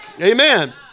Amen